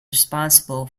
responsible